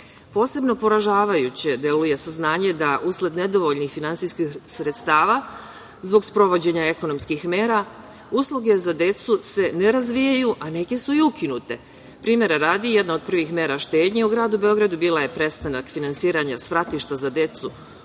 deteta. Posebno poražavajuće deluje saznanje da usled nedovoljnih finansijskih sredstava zbog sprovođenja ekonomskih mera, usluge za decu se ne razvijaju, a neke su i ukinute. Primera radi, jedna od prvih mera štednje u gradu Beogradu bila je prestanak finansiranja svratišta za decu